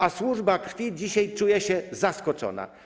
A służba krwi dzisiaj czuje się zaskoczona.